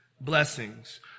blessings